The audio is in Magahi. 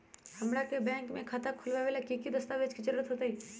हमरा के बैंक में खाता खोलबाबे ला की की दस्तावेज के जरूरत होतई?